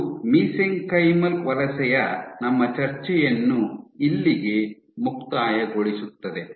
ಇದು ಮಿಸೆಂಕೈಮಲ್ ವಲಸೆಯ ನಮ್ಮ ಚರ್ಚೆಯನ್ನು ಇಲ್ಲಿಗೆ ಮುಕ್ತಾಯಗೊಳಿಸುತ್ತದೆ